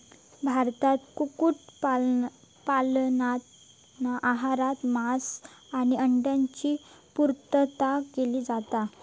भारतात कुक्कुट पालनातना आहारात मांस आणि अंड्यांची पुर्तता केली जाता